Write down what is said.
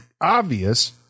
obvious